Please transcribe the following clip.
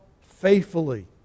faithfully